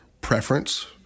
preference